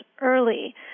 early